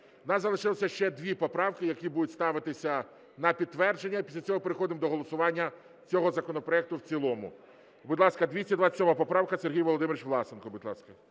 нас залишилося ще дві поправки, які будуть ставитися на підтвердження. Після цього переходимо до голосування цього законопроекту в цілому. Будь ласка, 227 поправка, Сергій Володимирович Власенко.